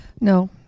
No